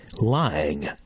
lying